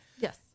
Yes